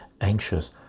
anxious